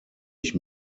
ich